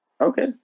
Okay